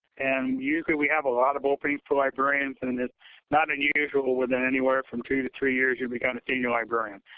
and usually, we have a lot of openings for librarians and and it's not unusual within anywhere from two to three years you'll become a senior librarian.